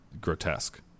grotesque